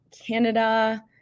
canada